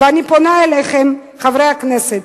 ואני פונה אליכם, חברי הכנסת,